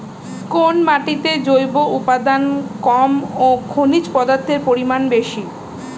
কোন মাটিতে জৈব উপাদান কম ও খনিজ পদার্থের পরিমাণ বেশি?